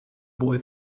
boy